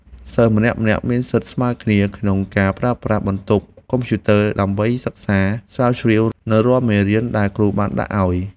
សិស្សម្នាក់ៗមានសិទ្ធិស្មើគ្នាក្នុងការប្រើប្រាស់បន្ទប់កុំព្យូទ័រ ដើម្បីសិក្សាស្រាវជ្រាវនូវរាល់មេរៀនដែលគ្រូបានដាក់ឱ្យ។